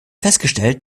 festgestellt